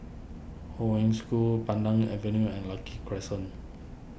Hong Wen School Pandan Avenue and Lucky Crescent